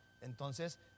entonces